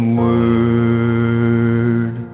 word